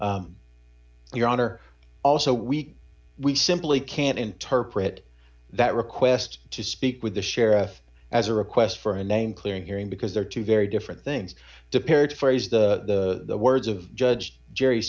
your honor also we we simply can't interpret that request to speak with the sheriff as a request for a name clearing hearing because there are two very different things to paraphrase the words of judged jerry